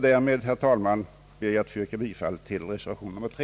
Därmed, herr talman, ber jag att få yrka bifall till reservation nr 3.